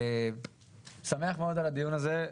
אני שמח מאוד על הדיון הזה,